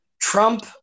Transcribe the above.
trump